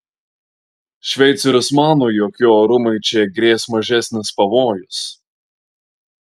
šveicorius mano jog jo orumui čia grės mažesnis pavojus